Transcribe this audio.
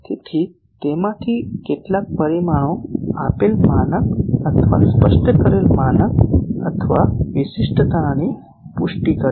તેથી તેમાંથી કેટલાક પરિમાણો આપેલ માનક અથવા સ્પષ્ટ કરેલ માનક અથવા વિશિષ્ટતાની પુષ્ટિ કરે છે